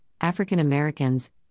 African-Americans